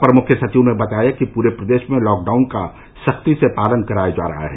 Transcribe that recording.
अपर मुख्य सचिव ने बताया कि पूरे प्रदेश में लॉकडाउन का सख्ती से पालन कराया जा रहा है